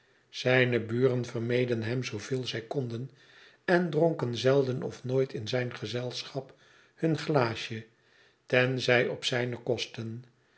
zijne buren vermeden hem zooveel zij konden en dronken zelden of nooit in zijn gezelschap hun glaasje tenzij op zijne kosten